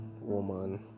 woman